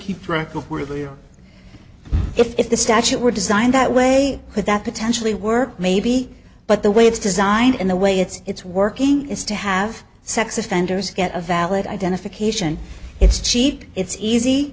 keep track of where they are if the statute were designed that way could that potentially work maybe but the way it's designed in the way it's working is to have sex offenders get a valid identification it's cheap it's easy